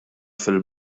fil